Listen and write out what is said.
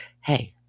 hey